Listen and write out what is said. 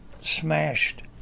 smashed